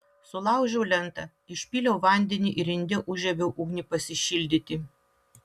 sulaužiau lentą išpyliau vandenį ir inde užžiebiau ugnį pasišildyti